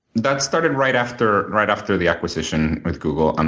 that started right after right after the acquisition with google. and